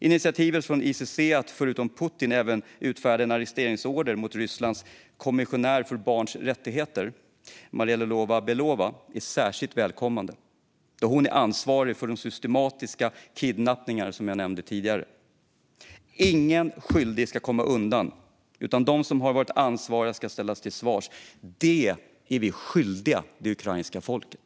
Initiativet från ICC att förutom Putin även utfärda en arresteringsorder mot Rysslands kommissionär för barns rättigheter, Maria Lvova-Belova, är särskilt välkommet då hon är ansvarig för de systematiska kidnappningarna, som jag nämnde tidigare. Ingen skyldig ska komma undan, utan de som har varit ansvariga ska ställas till svars. Det är vi skyldiga det ukrainska folket.